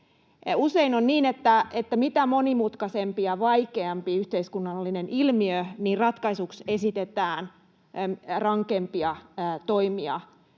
Usein on niin, että mitä monimutkaisempi ja vaikeampi yhteiskunnallinen ilmiö, sitä rankempia toimia